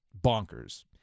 bonkers